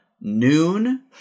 noon